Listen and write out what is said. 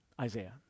Isaiah